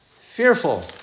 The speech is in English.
fearful